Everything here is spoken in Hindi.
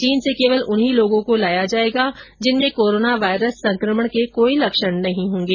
चीन से केवल उन्हीं लोगों को लाया जाएगा जिनमें कोरोना वायरस संकमण के कोई लक्षण नहीं होंगे